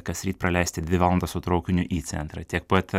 kasryt praleisti dvi valandas su traukiniu į centrą tiek pat